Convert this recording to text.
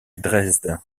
dresde